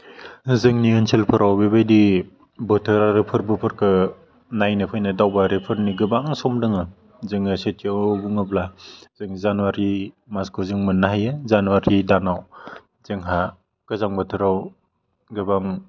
जोंनि ओनसोलफोराव बेबायदि बोथोरारि फोरबोफोरखो नायनो फैनाय दावबायारिफोरनि गोबां सम दङ जोङो सेथियाव बुङोब्ला जों जानुवारि मासखौ जों मोन्नो हायो जानुवारि दानाव जोंहा गोजां बोथोराव गोबां